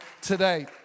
today